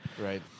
Right